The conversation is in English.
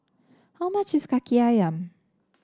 how much is kaki ayam